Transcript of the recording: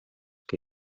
que